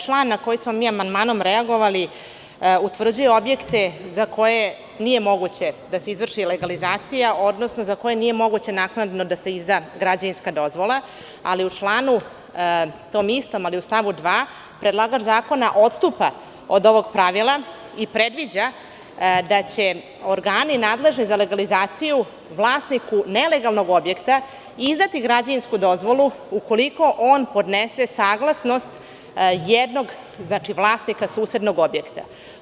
Član na koji smo mi amandmanom reagovali utvrđuje objekte za koje nije moguće da se izvrši legalizacija, odnosno za koje nije moguće naknadno da se izda građevinska dozvola, ali u stavu 2. tog člana predlagač zakona odstupa od ovog pravila i predviđa da će organi nadležni za legalizaciju vlasniku nelegalnog objekta izdati građevinsku dozvolu ukoliko on podnese saglasnost jednog vlasnika susednog objekta.